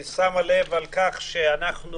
היא שמה לב לכך שאנחנו,